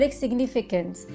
significance